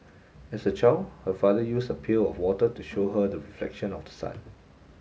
as a child her father used a pail of water to show her the reflection of the sun